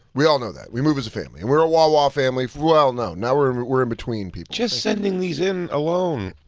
we all know that. we move as a family. and we're a wawa family. well, no. now we're we're in between people. just sending these in alone.